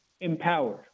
empowered